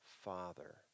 father